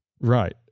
Right